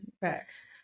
facts